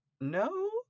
No